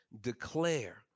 Declare